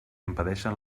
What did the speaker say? impedeixen